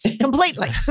completely